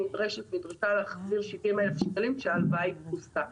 היא נדרשה להחזיר 70,000 שקלים כשההלוואה היא פרוסה.